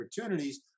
opportunities